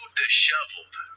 disheveled